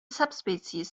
subspecies